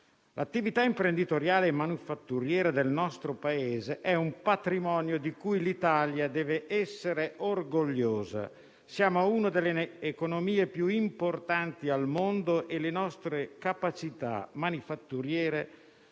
L'attività imprenditoriale e manifatturiera del nostro Paese è un patrimonio di cui l'Italia deve essere orgogliosa. Siamo una delle economie più importanti al mondo e le nostre capacità manifatturiere